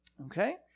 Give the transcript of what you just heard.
Okay